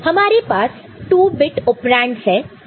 तो हमारे पास 2 बिट ओपेरंडस है